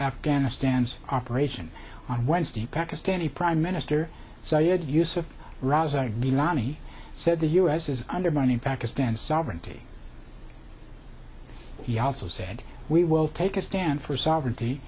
afghanistan's operation on wednesday pakistani prime minister so you'd use a rouse like loni said the us is undermining pakistan's sovereignty he also said we will take a stand for sovereignty